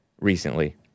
recently